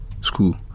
School